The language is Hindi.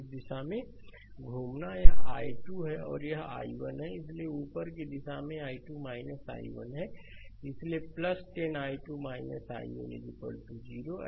इस दिशा में घूमना यह i2 है और यहाँ i1 है इसलिए ऊपर की दिशा में i2 i1 है इसलिए 10 i2 i1 0 है